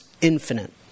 infinite